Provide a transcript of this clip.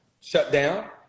shutdown